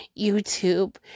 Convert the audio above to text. YouTube